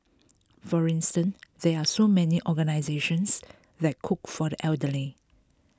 for instance there are so many organisations that cook for the elderly